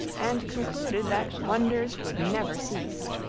and concluded that wonders would never cease.